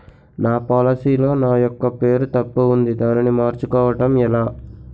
నా పోలసీ లో నా యెక్క పేరు తప్పు ఉంది దానిని మార్చు కోవటం ఎలా?